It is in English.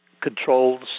controls